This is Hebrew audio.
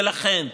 ולכן,